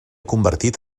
convertit